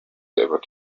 ever